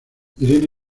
irene